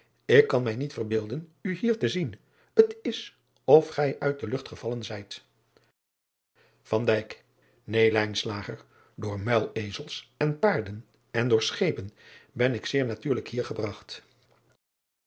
k kan mij niet verbeelden u hier te zien t s of gij uit de lucht gevallen zijt een door muilezels en paarden en door schepen ben ik zeer natuurlijk hier gebragt